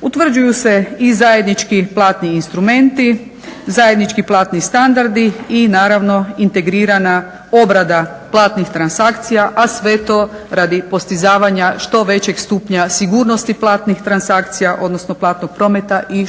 Utvrđuju se i zajednički platni instrumenti, zajednički platni standardi i naravno integrirana obrada platnih transakcija, a sve to radi postizavanja što većeg stupnja sigurnosti platnih transakcija odnosno platnog prometa i